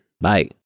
Bye